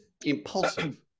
impulsive